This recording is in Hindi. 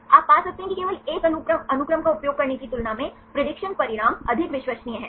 आप पा सकते हैं कि केवल एक अनुक्रम का उपयोग करने की तुलना में प्रेडिक्शन परिणाम अधिक विश्वसनीय हैं